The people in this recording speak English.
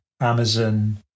Amazon